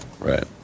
Right